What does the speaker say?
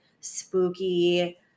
spooky